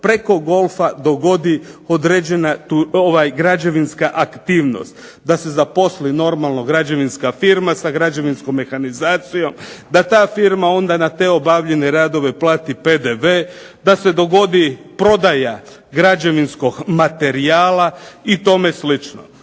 preko golfa dogodi određena građevinska aktivnost, da se zaposli normalno građevinska firma sa građevinskom mehanizacijom, da ta firma onda na te obavljene radove plati PDV, da se dogodi prodaja građevinskog materijala i tome slično.